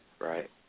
Right